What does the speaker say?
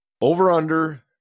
over-under